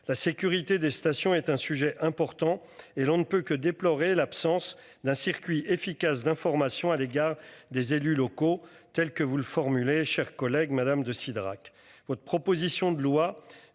la sécurité des stations est un sujet important et l'on ne peut que déplorer l'absence d'un circuit efficace d'information à l'égard des élus locaux tels que vous le formulez cher collègue madame de Cidrac